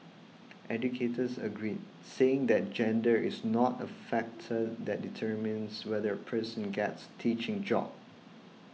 educators agreed saying that gender is not a factor that determines whether a person gets teaching job